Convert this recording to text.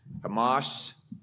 Hamas